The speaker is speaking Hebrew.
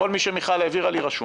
כל מי שמיכל העבירה לי רשום.